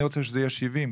אני רוצה שזה יהיה 70,